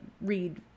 read